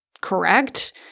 correct